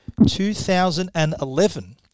2011